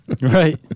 Right